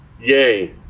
Yay